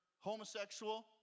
homosexual